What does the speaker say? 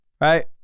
right